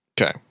Okay